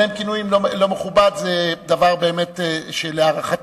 אלא אם הכינוי לא-מכובד זה דבר באמת שלהערכתי,